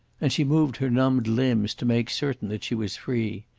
and she moved her numbed limbs to make certain that she was free.